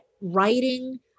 writing